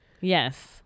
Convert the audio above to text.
Yes